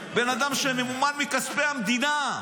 בן אדם שממומן מכספי המדינה,